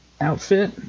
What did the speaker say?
outfit